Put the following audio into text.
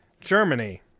Germany